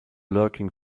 lurking